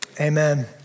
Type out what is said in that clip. Amen